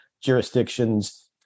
jurisdictions